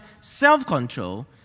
self-control